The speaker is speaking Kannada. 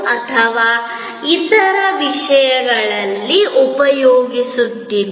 ಹೊಚ್ಚ ಹೊಸ ಯಂತ್ರದಲ್ಲಿ ಅಥವಾ ಸೆಕೆಂಡ್ ಹ್ಯಾಂಡ್ ಯಂತ್ರದಿಂದ ಮಾಡಲಾಗಿದೆಯೆ ಎಂದು ಗ್ರಾಹಕರು ಇನ್ನು ಮುಂದೆ ತಲೆಕೆಡಿಸಿಕೊಳ್ಳಬೇಕಾಗಿಲ್ಲ